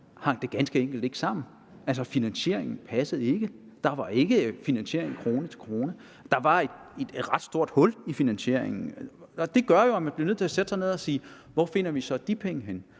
at det ganske enkelt ikke hang sammen, altså finansieringen passede ikke. Der var ikke en finansiering krone til krone. Der var et ret stort hul i finansieringen. Det gjorde jo, at vi blev nødt til sætte os ned og spørge: Hvor finder vi så de penge henne?